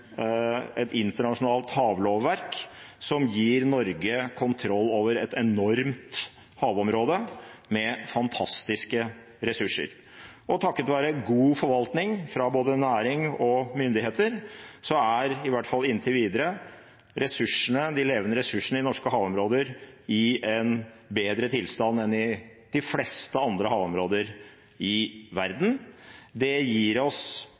et internasjonalt havlovverk som gir Norge kontroll over et enormt havområde, med fantastiske ressurser. Og takket være god forvaltning fra både næring og myndigheter er – i hvert fall inntil videre – de levende ressursene i norske havområder i en bedre tilstand enn i de fleste andre havområder i verden. Det gir oss